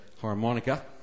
harmonica